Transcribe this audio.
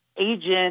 agent